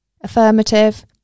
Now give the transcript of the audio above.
Affirmative